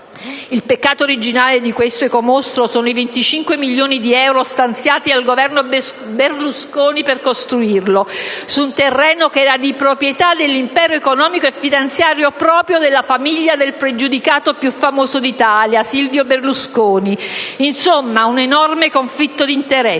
«il peccato originale di questo ecomostro sono i 25 milioni di euro stanziati dal Governo Berlusconi per costruirlo, su un terreno che era di proprietà dell'impero economico e finanziario proprio della famiglia del pregiudicato più famoso d'Italia, Silvio Berlusconi. Insomma, un enorme conflitto di interessi».